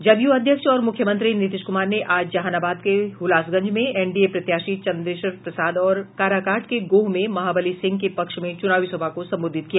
जदयू अध्यक्ष और मुख्यमंत्री नीतीश कुमार ने आज जहानाबाद के हलासगंज में एनडीए प्रत्याशी चंदेश्वर प्रसाद और काराकाट के गोह में महाबली सिंह के पक्ष में चूनावी सभा को संबोधित किया